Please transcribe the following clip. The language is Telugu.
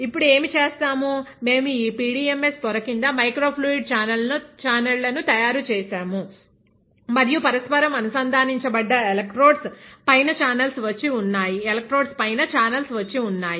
ఇప్పుడు ఏమి చేస్తాముమేము ఈ PDMS పొర కింద మైక్రో ఫ్లూయిడ్ చానెళ్లను తయారు చేశాము మరియు పరస్పరం అనుసంధానించబడ్డ ఎలెక్ట్రోడ్స్ పైన చానల్స్ వచ్చి ఉన్నాయి